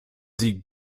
sie